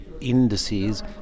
indices